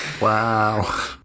Wow